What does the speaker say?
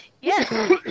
Yes